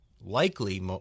likely